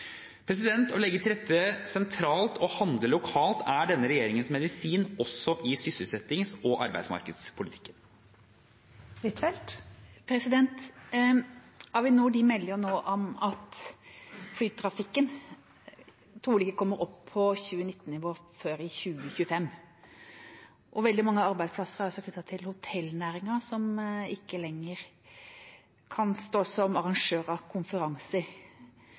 Å legge til rette sentralt og handle lokalt er denne regjeringens medisin, også i sysselsettings- og arbeidsmarkedspolitikken. Avinor melder nå om at flytrafikken trolig ikke kommer opp på 2019-nivå før i 2025. Veldig mange arbeidsplasser er knyttet til hotellnæringen, som ikke lenger kan stå som